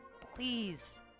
Please